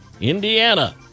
Indiana